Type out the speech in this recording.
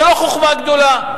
זאת לא חוכמה גדולה.